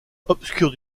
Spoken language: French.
obscure